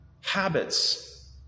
Habits